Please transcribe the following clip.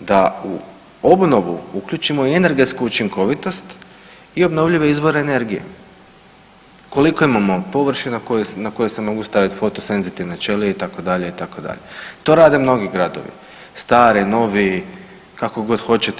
da u obnovu uključimo i energetsku učinkovitost i obnovljive izvore energije, koliko imamo površina na koje se mogu staviti fotosenzitivne ćelije itd., itd. to rade mnogi gradovi, stari, novi kako god hoćete.